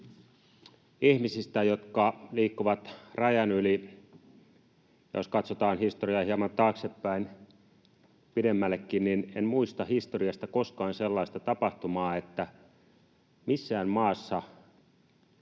ihmisistä, jotka liikkuvat rajan yli: Jos katsotaan historiaa hieman taaksepäin, pidemmällekin, en muista historiasta koskaan sellaista tapahtumaa, että missään maassa